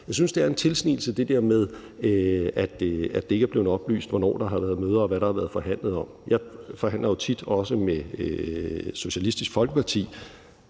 Så synes jeg, at det der med, at det ikke er blevet oplyst, hvornår der har været møder, og hvad der har været forhandlet om, er en tilsnigelse. Jeg forhandler jo også tit med Socialistisk Folkeparti,